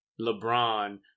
LeBron